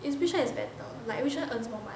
is which one is better like which one earns more money